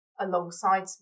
alongside